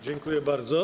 Dziękuję bardzo.